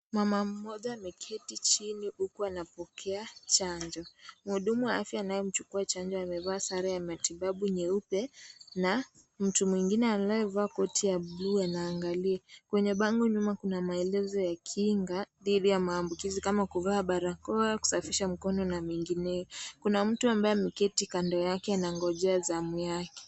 Mama mmoja ameketi chini huku anapokea chanjo. Mhudumu wa afya anayemchukua chanjo amevaa sare ya matibabu nyeupe, na mtu mwingine anayevaa koti la bluu anaangalia. Kwenye bango nyuma kuna maelezo ya kinga dhidi ya maambukizi kama kuvaa barakoa, kusafisha mkono na mengineyo. Kuna mtu ambaye ameketi kando yake, anangojea zamu yake.